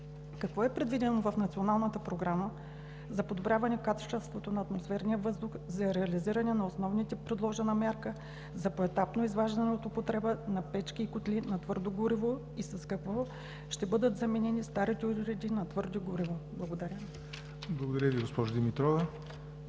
какво е предвидено в Националната програма за подобряване качеството на атмосферния въздух, за реализиране на основната предложена мярка за поетапно изваждане от употреба на печки и котли на твърдо гориво и с какво ще бъдат заменени старите уреди на твърдо гориво? Благодаря. ПРЕДСЕДАТЕЛ ЯВОР НОТЕВ: Благодаря Ви, госпожо Димитрова.